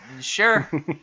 sure